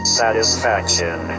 satisfaction